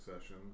session